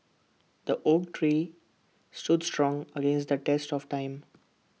the oak tree stood strong against the test of time